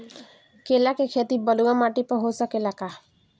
केला के खेती बलुआ माटी पर हो सकेला का?